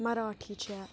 مَراٹھی چھےٚ